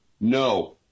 no